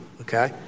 Okay